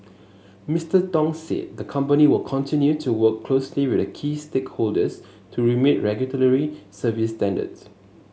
Mister Tong said the company will continue to work closely with key stakeholders to meet regulatory service standards